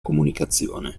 comunicazione